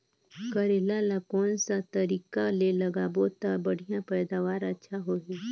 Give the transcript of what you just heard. करेला ला कोन सा तरीका ले लगाबो ता बढ़िया पैदावार अच्छा होही?